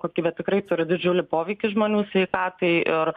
kokybė tikrai turi didžiulį poveikį žmonių sveikatai ir